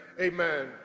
Amen